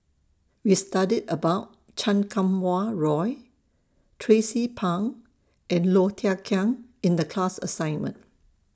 We studied about Chan Kum Wah Roy Tracie Pang and Low Thia Khiang in The class assignment